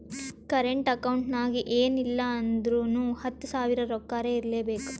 current account ನಾಗ್ ಎನ್ ಇಲ್ಲ ಅಂದುರ್ನು ಹತ್ತು ಸಾವಿರ ರೊಕ್ಕಾರೆ ಇರ್ಲೆಬೇಕು